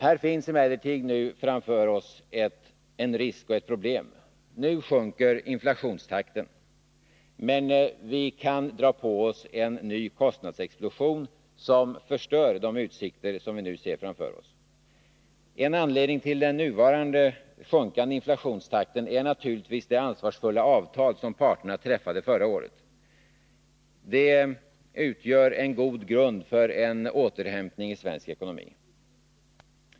Här finns emellertid framför oss en risk och ett problem. Nu sjunker inflationstakten, men vi kan dra på oss en ny kostnadsexplosion, som förstör de goda utsikter som vi nu ser framför oss. En anledning till den nuvarande sjunkande inflationstakten är naturligtvis det ansvarsfulla avtal som parterna på arbetsmarknaden träffade förra året. Det utgör en god grund för en återhämtning i svensk ekonomi.